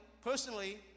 personally